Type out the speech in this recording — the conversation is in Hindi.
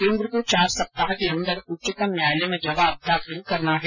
केन्द्र को चार सप्ताह के अंदर उच्चतम न्यायालय में जवाब दाखिल करना है